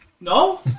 No